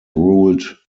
ruled